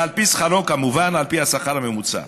ועל פי שכרו, כמובן, על פי השכר הממוצע.